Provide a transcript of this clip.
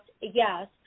yes